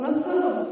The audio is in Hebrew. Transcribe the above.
אבל עזוב.